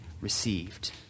received